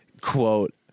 quote